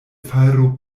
fajro